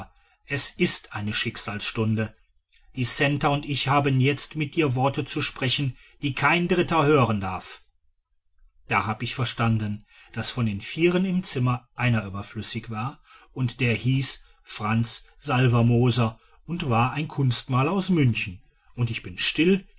es ist eine schicksalsstunde die centa und ich haben jetzt mit dir worte zu sprechen die kein dritter hören darf da hab ich verstanden daß von den vieren im zimmer einer überflüssig war und der hieß franz salvermoser und war ein kunstmaler aus münchen und ich bin still